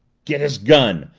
get his gun!